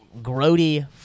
grody